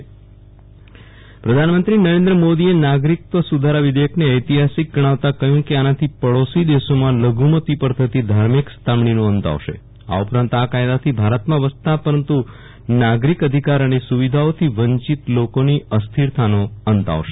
વિરલ રાણા પ્રધાનમંત્રી નાગરિકત્વ સુધારો ખરડો પ્રધાનમંત્રી નરેન્દ્ર મોદીએ નાગરિકતવ સુધારા વિધેયકને ઐતિહાસિક ગણાવતા કહ્યું હતું કે આનાથી પડોશી દેશોમાં લઘુમતી પર થતી ધાર્મિક સતમણીનો અંત આવશે આ ઉપરાંત આ કાયદાથી ભારતમાં વસતા પરંતુ નાગરિક અધિકાર અને સુવિધાઓથી વંચીત લોકોની અસ્થિરતાનો અંત આવશે